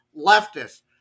leftists